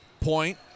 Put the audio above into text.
point